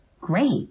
Great